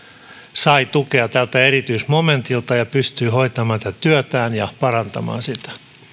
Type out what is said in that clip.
sai tukea tältä erityismomentilta ja pystyy hoitamaan tätä työtään ja parantamaan sitä